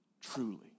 truly